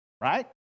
right